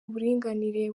uburinganire